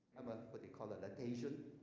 um ah but they call it that asian,